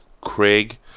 Craig